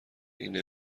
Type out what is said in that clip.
اینه